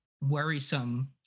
worrisome